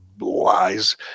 lies